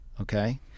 Okay